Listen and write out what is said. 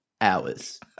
hours